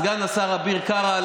סגן השר אביר קארה,